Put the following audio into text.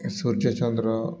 ସୂର୍ଯ୍ୟ ଚନ୍ଦ୍ର